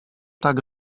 tak